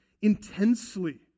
intensely